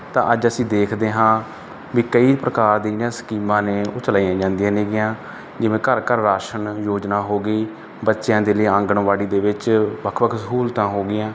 ਤਾਂ ਅੱਜ ਅਸੀਂ ਦੇਖਦੇ ਹਾਂ ਵੀ ਕਈ ਪ੍ਰਕਾਰ ਦੀਆਂ ਸਕੀਮਾਂ ਨੇ ਉਹ ਚਲਾਈਆਂ ਜਾਂਦੀਆਂ ਨੇਗੀਆਂ ਜਿਵੇਂ ਘਰ ਘਰ ਰਾਸ਼ਨ ਯੋਜਨਾ ਹੋ ਗਈ ਬੱਚਿਆਂ ਦੇ ਲਈ ਆਂਗਣਵਾੜੀ ਦੇ ਵਿੱਚ ਵੱਖ ਵੱਖ ਸਹੂਲਤਾਂ ਹੋ ਗਈਆਂ